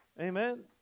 Amen